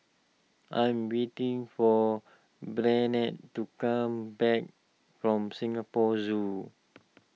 I'm waiting for Barnard to come back from Singapore Zoo